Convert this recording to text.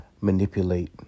manipulate